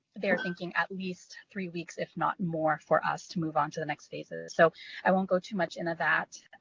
they are thinking at least three weeks, if not more, for us to move on to the next phases. so i won't go too much into that.